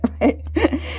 Right